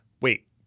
Wait